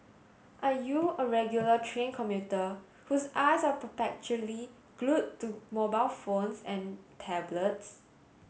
are you a regular train commuter whose eyes are perpetually glued to mobile phones and tablets